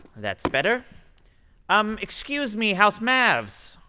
that's better um. excuse me, house mavs?